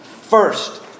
First